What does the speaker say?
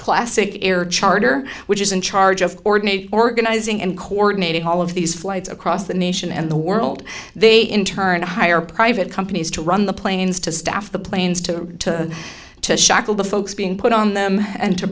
classic air charter which is in charge of coordinating organizing and coordinating all of these flights across the nation and the world they in turn hire private companies to run the planes to staff the planes to to shackle the folks being put on them and to